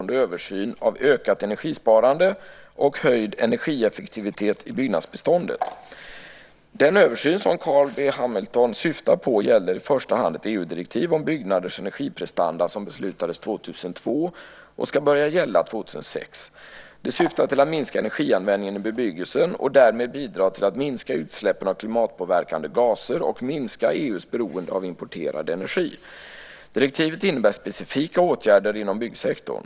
Herr talman! Carl B Hamilton har frågat om vilka, och hur stora, hyresgästernas hyreshöjningar kommer att bli som ett resultat av regeringens pågående översyn av ökat energisparande och höjd energieffektivitet i byggnadsbeståndet. Den översyn som Carl B Hamilton syftar på gäller i första hand ett EU-direktiv om byggnaders energiprestanda som beslutades 2002 och ska börja gälla 2006. Det syftar till att minska energianvändningen i bebyggelsen och därmed bidra till att minska utsläppen av klimatpåverkande gaser och minska EU:s beroende av importerad energi. Direktivet innebär specifika åtgärder inom byggsektorn.